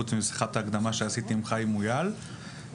חוץ משיחת ההקדמה שעשיתי עם חיים מויאל טרם הדיון הזה.